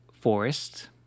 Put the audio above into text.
forests